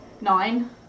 Nine